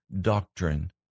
doctrine